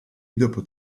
dopo